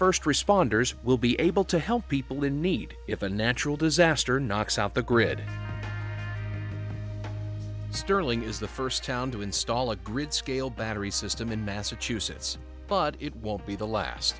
stirling's st responders will be able to help people in need if a natural disaster knocks out the grid sterling is the st town to install a grid scale battery system in massachusetts but it won't be the last